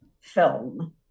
film